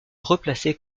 replacer